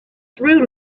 through